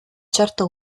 certa